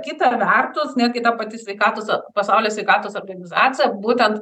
kita vertus netgi ta pati sveikatos pasaulio sveikatos organizacija būtent